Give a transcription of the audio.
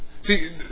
See